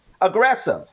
aggressive